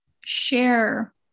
share